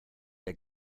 der